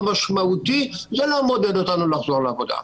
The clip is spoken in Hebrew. משמעותי וזה לא מעודד אותם לחזור לעבודה.